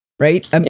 Right